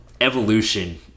Evolution